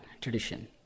tradition